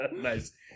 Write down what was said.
Nice